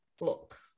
look